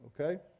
Okay